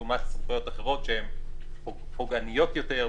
לעומת סמכויות אחרות שהן פוגעניות יותר,